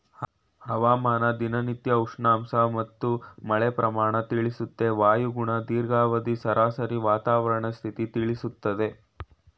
ಹವಾಮಾನ ದಿನನಿತ್ಯ ಉಷ್ಣಾಂಶ ಮತ್ತು ಮಳೆ ಪ್ರಮಾಣ ತಿಳಿಸುತ್ತೆ ವಾಯುಗುಣ ದೀರ್ಘಾವಧಿ ಸರಾಸರಿ ವಾತಾವರಣ ಸ್ಥಿತಿ ತಿಳಿಸ್ತದೆ